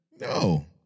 No